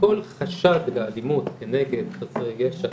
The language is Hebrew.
שכל חשד לאלימות כנגד חסרי ישע,